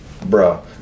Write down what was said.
Bro